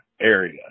area